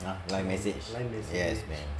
ah line message yes man